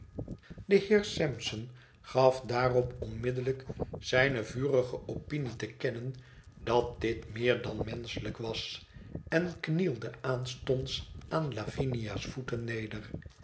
de heer sampson gaf daarop onmiddellijk zijne vurige opinie te kennen dat dit meer dan menschelijk was en knielde aanstonds aan lavinia's voeten neder